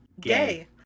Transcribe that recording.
Gay